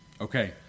Okay